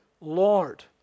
Lord